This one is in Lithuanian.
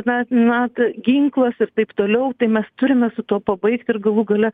na na ginklas ir taip toliau tai mes turime su tuo pabaigti ir galų gale